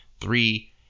three